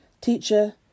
Teacher